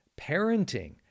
parenting